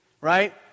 right